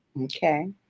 Okay